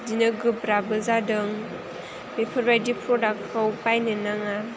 बिदिनो गोब्राबो जादों बेफोरबायदि प्रडाक्टखौ बायनो नाङा